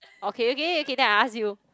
okay okay okay then I ask you